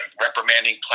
reprimanding